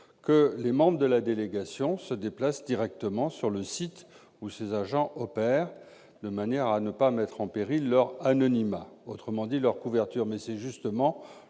que les membres de la délégation pourront se déplacer directement sur le site où ces agents opèrent, de manière à ne pas mettre en péril leur anonymat, autrement dit leur couverture. Mais c'est justement